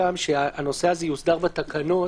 שהנושא הזה יוסדר בתקנות.